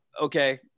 Okay